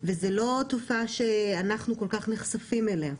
וזאת לא תופעה שאנחנו כל כך נחשפים אליה.